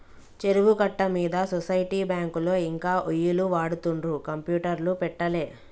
చెరువు కట్ట మీద సొసైటీ బ్యాంకులో ఇంకా ఒయ్యిలు వాడుతుండ్రు కంప్యూటర్లు పెట్టలే